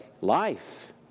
life